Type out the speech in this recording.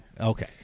Okay